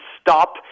stop